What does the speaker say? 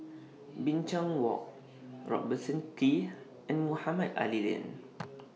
Binchang Walk Robertson Quay and Mohamed Ali Lane